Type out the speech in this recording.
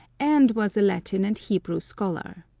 and was a latin and hebrew scholar.